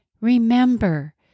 remember